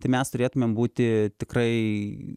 tai mes turėtumėm būti tikrai